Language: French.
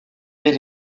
dès